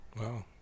Wow